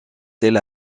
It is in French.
tel